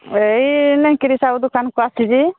ଏଇ ସାହୁ ଦୋକାନକୁ ଆସିଛି